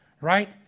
right